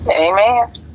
Amen